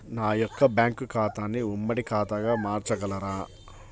నా యొక్క బ్యాంకు ఖాతాని ఉమ్మడి ఖాతాగా మార్చగలరా?